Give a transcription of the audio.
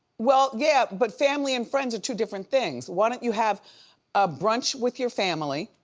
well, yeah, but family and friends are two different things. why don't you have a brunch with your family